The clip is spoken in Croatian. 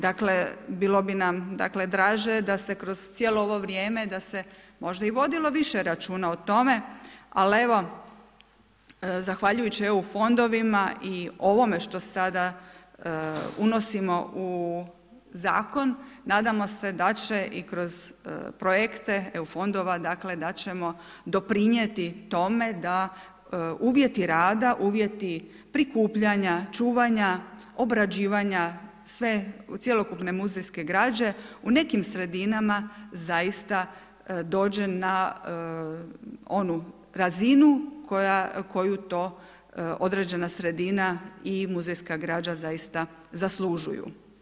Dakle, bilo bi nam dakle draže da se kroz cijelo ovo vrijeme da se možda i vodilo više računa o tome ali evo zahvaljujući EU fondovima i ovome što sada unosimo u zakon nadamo se da će i kroz projekte EU fondova dakle da ćemo doprinijeti tome da uvjeti rada, uvjeti prikupljanja, čuvanja, obrađivanja sve, cjelokupne muzejske građe u nekim sredinama zaista dođe na onu razinu koju to određena sredina i muzejska građa zaista zaslužuju.